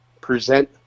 present